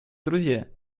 друзья